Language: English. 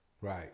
Right